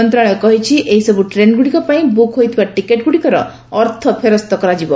ମନ୍ତଶାଳୟ କହିଛି ଏହିସବୁ ଟ୍ରେନ୍ଗୁଡ଼ିକ ପାଇଁ ବୁକ୍ ହୋଇଥିବା ଟିକେଟ୍ଗୁଡ଼ିକର ଅର୍ଥ ଫେରସ୍ତ ଦିଆଯିବ